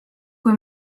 kui